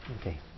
Okay